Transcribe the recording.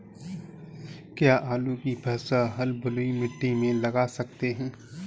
क्या आलू की फसल बलुई मिट्टी में लगा सकते हैं?